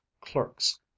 clerks